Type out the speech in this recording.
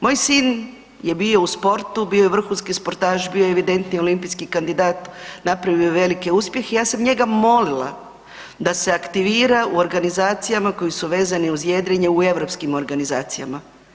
Moj sin je bio u sportu, bio je vrhunski sportaš, bio je evidentni olimpijski kandidat napravio je veliki uspjeh i ja sam njega molila da se aktivira u organizacijama koje su vezani uz jedrenje u europskim organizacijama.